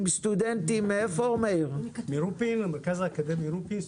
שהגיע ביחד עם סטודנטים מהמרכז האקדמי רופין.